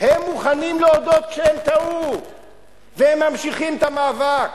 הם מוכנים להודות כשהם טעו והם ממשיכים את המאבק.